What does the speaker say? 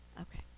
okay